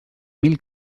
mil